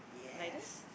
like this